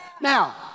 Now